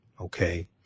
Okay